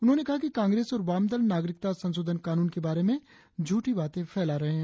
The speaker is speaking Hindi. उन्होने कहा कि कांग्रेस और वामदल नागरिकता संशोधन कानून के बारे में झूठी बातें फैला रहे हैं